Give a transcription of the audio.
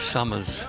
Summers